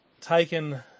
Taken